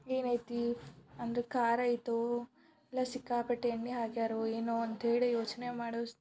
ಏನೈತಿ ಅಂದು ಖಾರ ಐತೋ ಇಲ್ಲ ಸಿಕ್ಕಾಪಟ್ಟೆ ಎಣ್ಣೆ ಹಾಕ್ಯಾರೋ ಏನೋ ಅಂತ ಹೇಳಿ ಯೋಚನೆ ಮಾಡುವಷ್